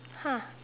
!huh!